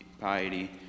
piety